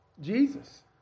Jesus